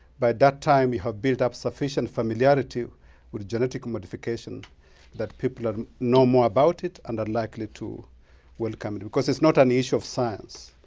by that time, you have built up sufficient familiarity with genetic modification that people and know more about it and are likely to welcome it. of course, it's not an issue of science,